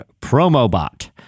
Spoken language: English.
Promobot